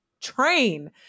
train